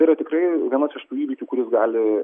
yra tikrai vienas iš tų įvykių kuris gali